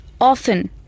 often